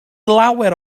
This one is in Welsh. lawer